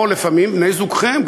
או לפעמים בני-זוגכם,